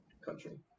country